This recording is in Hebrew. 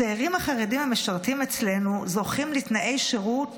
הצעירים החרדים המשרתים אצלנו זוכים לתנאי שירות